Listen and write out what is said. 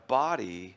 body